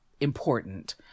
important